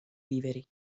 viveri